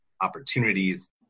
opportunities